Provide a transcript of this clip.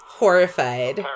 horrified